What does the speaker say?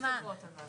יש עוד חברות אבל.